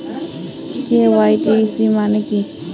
KYC মানে কী?